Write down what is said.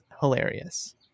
hilarious